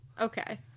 Okay